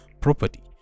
property